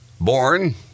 Born